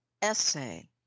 essay